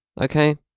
...okay